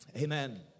Amen